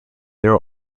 there